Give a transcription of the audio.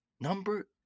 Number